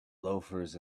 loafers